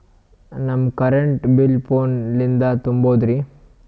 ನಮ್ current bill ಫೋನ ಲಿಂದೇ ತುಂಬೌದ್ರಾ?